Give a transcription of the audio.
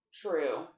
True